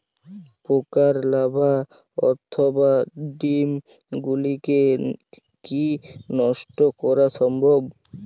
পোকার লার্ভা অথবা ডিম গুলিকে কী নষ্ট করা সম্ভব?